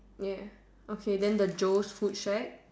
ya okay then the Joe's food shack